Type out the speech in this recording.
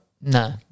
No